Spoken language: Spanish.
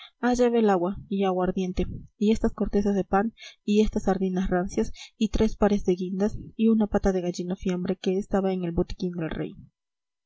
va el agua y aguardiente y estas cortezas de pan y estas sardinas rancias y tres pares de guindas y una pata de gallina fiambre que estaba en el botiquín del rey